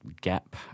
gap